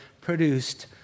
produced